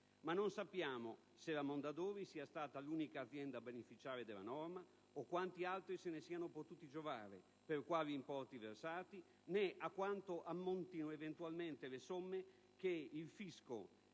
Ma non sappiamo se la Mondadori è stata l'unica azienda a beneficiare della norma o se altri se ne sono potuti giovare, per quali importi versati, né a quanto ammontino, eventualmente, le somme cui abbia